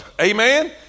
Amen